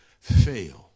fail